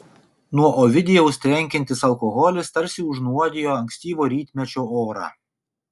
nuo ovidijaus trenkiantis alkoholis tarsi užnuodijo ankstyvo rytmečio orą